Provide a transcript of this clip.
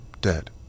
dead